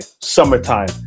summertime